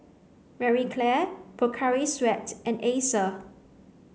Marie Claire Pocari Sweat and Acer